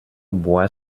boit